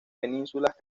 penínsulas